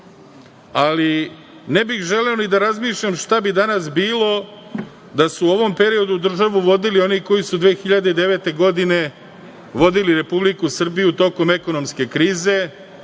ali ne bih želeo ni da razmišljam šta bi danas bilo da su u ovom periodu državu vodili oni koji su 2009. godine vodili Republiku Srbiju tokom ekonomske krize.